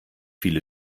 viele